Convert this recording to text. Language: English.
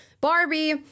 Barbie